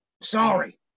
Sorry